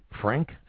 Frank